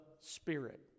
Spirit